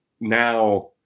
now